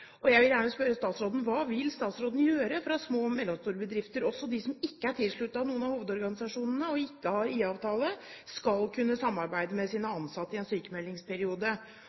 har. Jeg vil gjerne spørre statsråden: Hva vil statsråden gjøre for at små og mellomstore bedrifter, også de som ikke er tilsluttet noen av hovedorganisasjonene og ikke har IA-avtale, skal kunne samarbeide med sine ansatte i en sykemeldingsperiode.